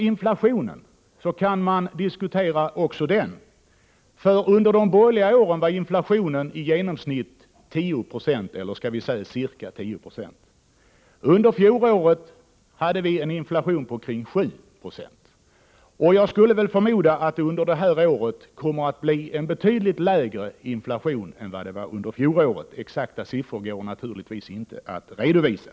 Inflationen kan man också diskutera. Under de borgerliga åren var inflationen ca 10 90. Under fjoråret hade vi en inflation på omkring 7 96. Jag skulle förmoda att det under det här året kommer att bli en betydligt lägre inflation än under fjoråret; exakta siffror går naturligtvis inte att redovisa.